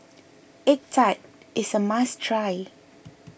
Egg Tart is a must try